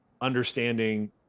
understanding